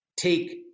take